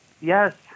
Yes